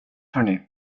hörni